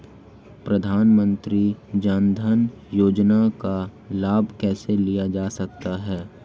प्रधानमंत्री जनधन योजना का लाभ कैसे लिया जा सकता है?